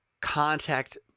contact